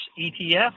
ETF